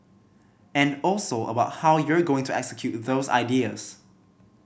and also about how you're going to execute those ideas